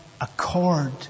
accord